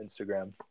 Instagram